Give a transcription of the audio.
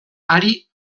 hari